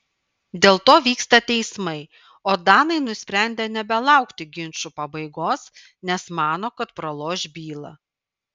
dėl to vyksta teismai o danai nusprendė nebelaukti ginčų pabaigos nes mano kad praloš bylą